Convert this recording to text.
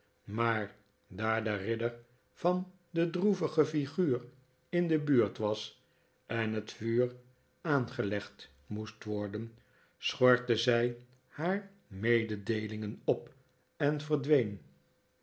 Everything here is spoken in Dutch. maar daar de ridder van de droevige figuur in de buurt was en net vuur aangelegd moest worden schortte zij haar mededeelingen op en verdween